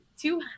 two